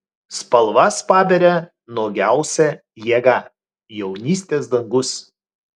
spalvas paberia nuogiausia jėga jaunystės dangus